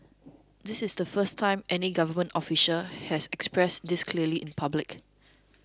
this is the first time any government official has expressed this clearly in public